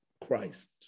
Christ